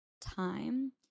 time